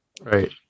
right